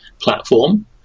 platform